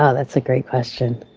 ah that's a great question.